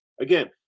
Again